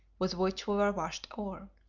with which we were washed over.